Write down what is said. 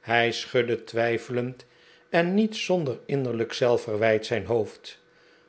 hij schudde twijfelend en niet zonder innerlijk zelfverwijt zijn hoofd